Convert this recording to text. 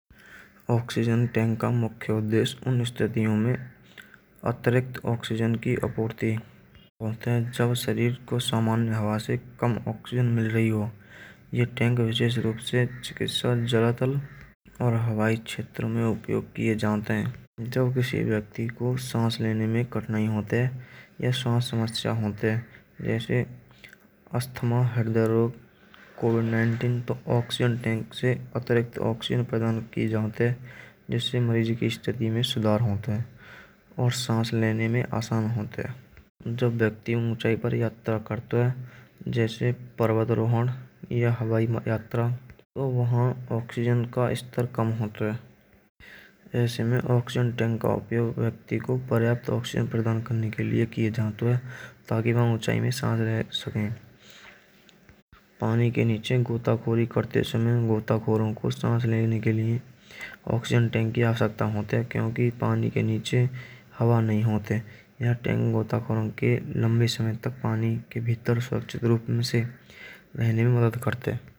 Oxygen tank का मुख्य उद्देश्य उन स्थितियो में अतिरिक्त ऑक्सीजन की आपूर्ति होते हैं। जब शरीर को सामान्य हवा से कम ऑक्सीजन मिल रही हो। यह टैंक विशेष रूप से चिकित्सा जरूरतल और हवाई क्षेत्रों में उपयोग किये जाते हैं। जब विशेष व्यक्ति को सांस लेने में कठिनाई होती है या सांस समस्या होत है जैसे अस्थमा, हृदय रोग, कोविड उन्नीस तो ऑक्सीजन टैंक से अतिरिक्त ऑक्सीजन प्रदान किये जात है। जिस से मरीज की स्थिति में सुधार होत है और सांस लेने में आसान होते है। जब व्यक्ति ऊँचाई पर यात्रा करत हैं जैसे पर्वतारोहण या हवाई यात्रा तो वहां ऑक्सीजन का स्तर कम होत है। ऐसे में ऑक्सीजन टैंक का उपयोग व्यक्ति को प्राप्त ऑक्सीजन प्रदान करने के लिए कियो जातो हैं ताकि वो ऊँचाई में सांस ले सके। पानी के नीचे गोटाखोरी करते समय गोटाखोरों को सांस लेने के लिए ऑक्सीजन टैंक की आवश्यकता होत है क्योंकि पानी के नीचे हवा नहीं हैं। यह टैंक गोटाखोरों के लंबे समय तक पानी के नीचे रहने में मदद करत हैं।